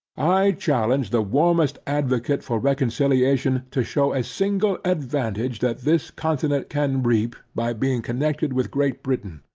i challenge the warmest advocate for reconciliation, to shew, a single advantage that this continent can reap, by being connected with great britain.